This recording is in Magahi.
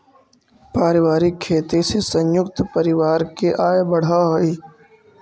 पारिवारिक खेती से संयुक्त परिवार के आय बढ़ऽ हई